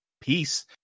Peace